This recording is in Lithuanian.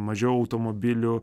mažiau automobilių